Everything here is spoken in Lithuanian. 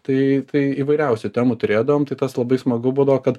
tai tai įvairiausių temų turėdavom tai tas labai smagu būdavo kad